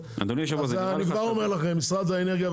אמרה לי: ראש העיר,